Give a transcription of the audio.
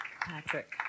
Patrick